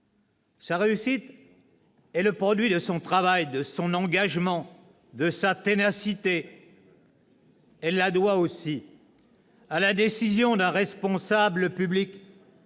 Sa réussite est le produit de son travail, de son engagement, de sa ténacité. Elle la doit aussi à la décision d'un responsable public,